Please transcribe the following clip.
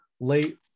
late